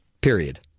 period